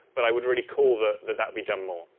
but i would really call that that that be done more.